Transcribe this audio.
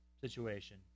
situation